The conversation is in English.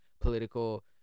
political